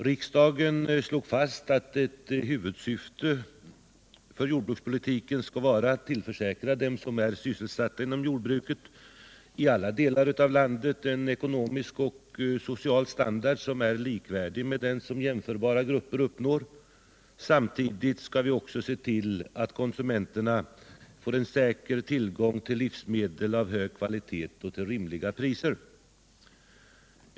Riksdagen slog fast att ett huvudsyfte för jordbrukspolitiken skall vara att tillförsäkra dem som är sysselsatta inom jordbruket i alla delar av landet en ekonomisk och social standard, som är likvärdig med den som jämförbara grupper uppnår. Samtidigt skall vi också se till att konsumenterna får en säker tillgång till livsmedel av hög kvalitet och till rimliga priser.